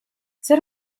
zer